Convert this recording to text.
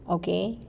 okay